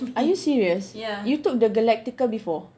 are you serious you took the galactica before